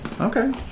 Okay